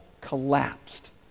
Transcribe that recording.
collapsed